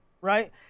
right